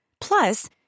Plus